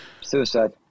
Suicide